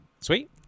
Sweet